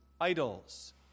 idols